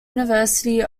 university